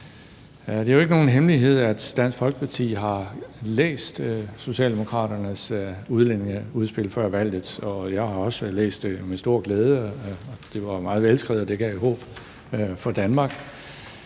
Det er jo ikke nogen hemmelighed, at Dansk Folkeparti har læst Socialdemokraternes udlændingeudspil før valget, og jeg har også læst det med stor glæde. Det var meget velskrevet, det gav håb for Danmark.